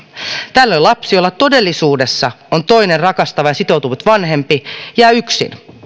tällöin lapsi jolla todellisuudessa on toinen rakastava ja sitoutunut vanhempi jää yksin